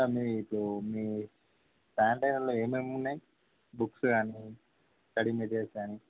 sir మీ ఇప్పు మీ సాన్ టన్లో ఏమేమి ఉన్నాయ బుక్స్ గాని స్టడీ మెటీరియల్స్ గాని